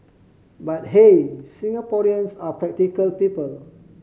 but hey Singaporeans are practical people